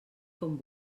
com